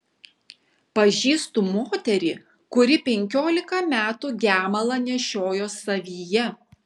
pažįstu moterį kuri penkiolika metų gemalą nešiojo savyje